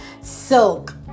Silk